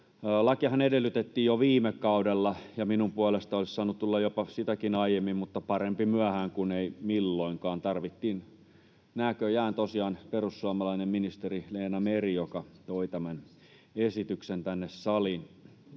Lakiahan edellytettiin jo viime kaudella, ja minun puolestani se olisi saanut tulla jopa sitäkin aiemmin, mutta parempi myöhään kuin ei milloinkaan. Tarvittiin näköjään tosiaan perussuomalainen ministeri Leena Meri, joka toi tämän esityksen tänne saliin.